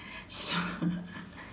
you know